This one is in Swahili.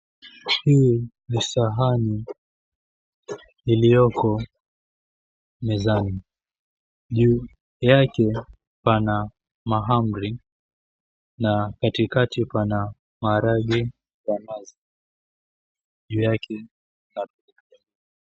Hili ni sahani iliyoko mezani. Juu yake pana mahamri na kati kati pana maharangwe ya nazi. Juu yake...